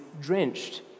drenched